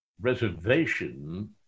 reservation